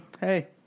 hey